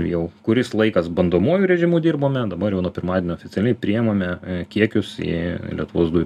jau kuris laikas bandomuoju režimu dirbome dabar jau nuo pirmadienio oficialiai priimame kiekius į lietuvos dujų